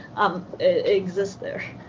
um it exists there.